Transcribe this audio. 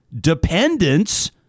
dependence